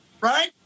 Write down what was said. right